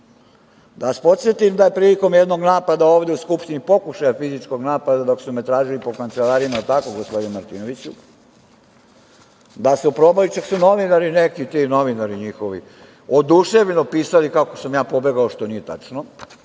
vas podsetim da je prilikom jednog napada ovde u Skupštini, pokušaja fizičkog napada dok su me tražili po kancelarijama, je li tako gospodine Martinoviću, da su probali, čak su novinari, ti neki njihovi novinari, oduševljeno pisali kako sam ja pobegao, što nije tačno,